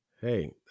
Hey